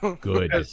good